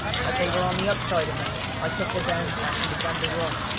as they were on the up side of me i took the down path and began to run.